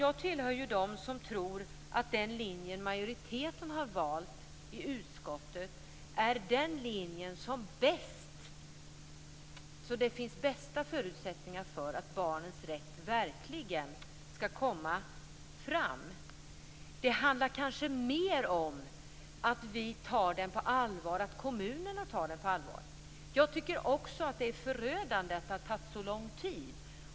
Jag tillhör dem som tror att den linje som majoriteten har valt i utskottet är den linje som det finns bästa förutsättningar för att barnens rätt verkligen skall komma fram. Det handlar kanske mer om att kommunerna tar den på allvar. Jag tycker också att det är förödande att det har tagit så lång tid.